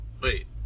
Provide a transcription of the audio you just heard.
Wait